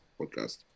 podcast